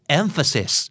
emphasis